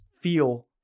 feel